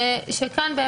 כאן,